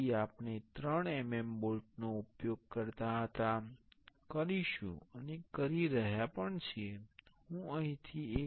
તેથી આપણે 3 mm બોલ્ટનો ઉપયોગ કરતા હતા કરીશું અને કરી રહ્યા છીએ હું અહીં 1